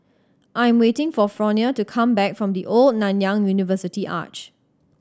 I'm waiting for Fronia to come back from The Old Nanyang University Arch